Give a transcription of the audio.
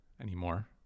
anymore